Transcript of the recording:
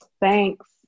Thanks